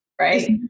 right